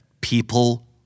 people